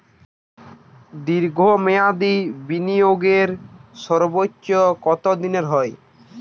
দীর্ঘ মেয়াদি বিনিয়োগের সর্বোচ্চ কত দিনের হয়?